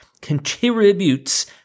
contributes